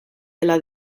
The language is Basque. dela